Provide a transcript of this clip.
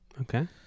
Okay